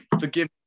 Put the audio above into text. forgive